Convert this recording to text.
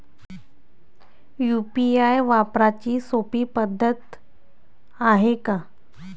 UPI वापराची सोपी पद्धत हाय का?